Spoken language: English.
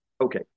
Okay